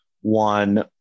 one